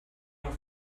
doch